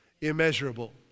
Immeasurable